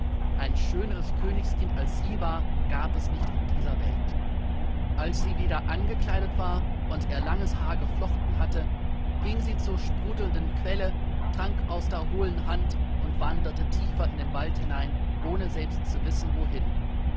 ein schöneres königskind als sie war gab es nicht in dieser welt als sie wieder angekleidet war und ihr langes haar geflochten hatte ging sie zur sprudelnden quelle trank aus der hohlen hand und wanderte tiefer in den wald hinein ohne selbst zu wissen wohin